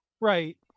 Right